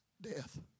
death